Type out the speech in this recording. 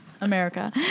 America